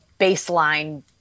baseline